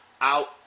out